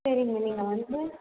சரிங்க நீங்கள் வந்து